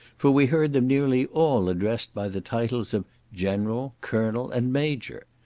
for we heard them nearly all addressed by the titles of general, colonel, and major.